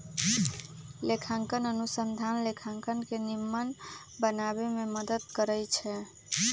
लेखांकन अनुसंधान लेखांकन के निम्मन बनाबे में मदद करइ छै